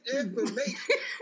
information